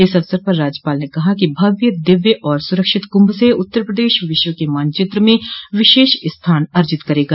इस अवसर पर राज्यपाल ने कहा कि भव्य दिव्य और सुरक्षित कुंभ से उत्तर प्रदेश विश्व के मानचित्र में विशेष स्थान अर्जित करेगा